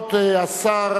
חברת הכנסת אבסדזה,